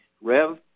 Rev